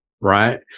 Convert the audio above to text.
Right